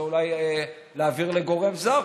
זה אולי להעביר לגורם זר.